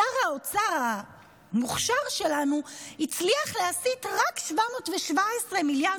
שר האוצר המוכשר שלנו הצליח להשיג רק 717 מיליון